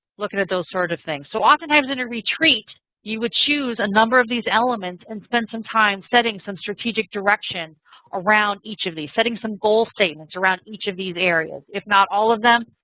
looking at those sort of things. so oftentimes in a retreat you would choose a number of these elements and spend some time setting some strategic direction around each of these. setting some goal statements around each of these areas. if not all of them,